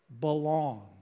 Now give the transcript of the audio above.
belong